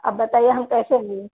अब बताइए हम कैसे